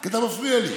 כי אתה מפריע לי.